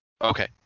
Okay